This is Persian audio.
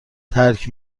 ترک